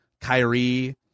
Kyrie